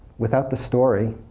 without the story,